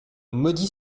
maudit